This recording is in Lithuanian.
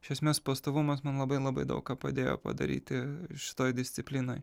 iš esmės pastovumas man labai labai daug ką padėjo padaryti šitoj disciplinoj